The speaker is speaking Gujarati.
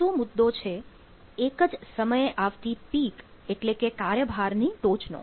ત્રીજો મુદ્દો છે એક જ સમયે આવતી પીક એટલે કે કાર્યભારની ટોચનો